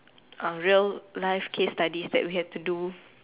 a real life case studies that we have to do